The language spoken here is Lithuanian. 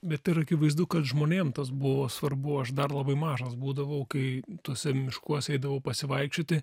bet ir akivaizdu kad žmonėm tas buvo svarbu aš dar labai mažas būdavau kai tuose miškuose eidavau pasivaikščioti